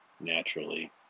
naturally